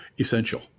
Essential